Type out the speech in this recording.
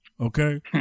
Okay